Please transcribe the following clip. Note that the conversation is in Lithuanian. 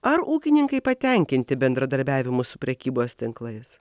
ar ūkininkai patenkinti bendradarbiavimu su prekybos tinklais